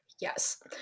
Yes